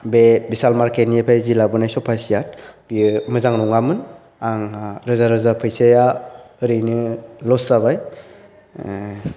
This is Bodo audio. बे बिसाल मार्केट निफ्राय जि लाबोनाय स'फा सेत बेयो मोजां नङामोन आंहा रोजा रोजा फैसाया ओरैनो ल'स जाबाय